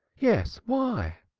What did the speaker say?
yes, why?